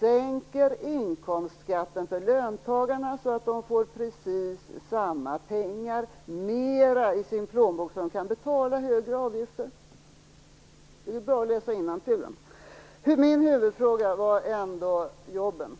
sänker inkomstskatten för löntagarna så att de får precis samma summa pengar mer i sin plånbok för att kunna betala högre avgifter. Det är bara att läsa innantill, Jan Bergqvist. Min huvudfråga är ändå jobben.